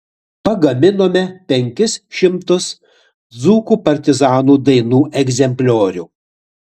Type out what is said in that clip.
pagaminome penkis šimtus dzūkų partizanų dainų egzempliorių